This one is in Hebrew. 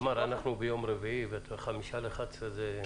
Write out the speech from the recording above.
תמר, אנחנו ביום רביעי וחמישה ל-11 זה שעה קשוחה.